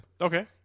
Okay